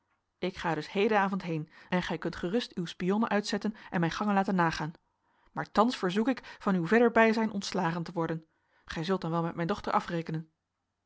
ik ga dus hedenavond heen en gij kunt gerust uw spionnen uitzetten en mijn gangen laten nagaan maar thans verzoek ik van uw verder bijzijn ontslagen te worden gij zult dan wel met mijn dochter afrekenen